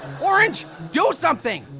orange, do something.